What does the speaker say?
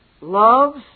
loves